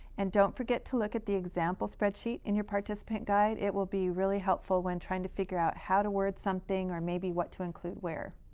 and don't forget to look at the example spreadsheet in your participant guide. it will be really helpful when trying to figure out how to word something or maybe what to include where.